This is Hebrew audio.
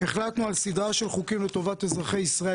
החלטנו על סדרה של חוקים לטובת אזרחי ישראל